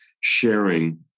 sharing